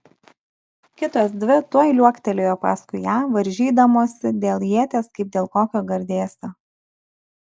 kitos dvi tuoj liuoktelėjo paskui ją varžydamosi dėl ieties kaip dėl kokio gardėsio